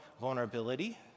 vulnerability